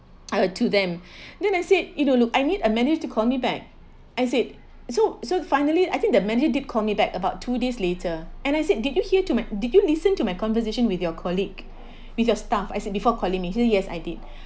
I were to them then I said it will look I need a manager to call me back I said so so finally I think the manager did call me back about two days later and I said did you hear to my did you listen to my conversation with your colleague with your staff as I said before colleague yes I did